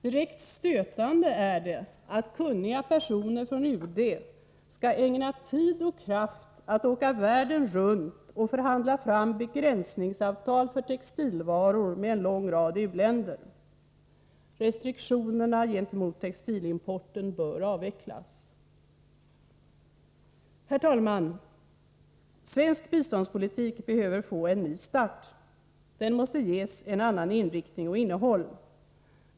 Direkt stötande är det att kunniga personer från UD skall ägna tid och kraft att åka världen runt och förhandla fram begränsningsavtal för textilvaror med en lång rad u-länder. Restriktionerna gentemot textilimporten bör avvecklas. Herr talman! Svensk biståndspolitik behöver få en ny start. Den måste ges en annan inriktning och ett annat innehåll.